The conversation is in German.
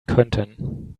könnten